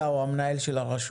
אתה או המנהל של השרות,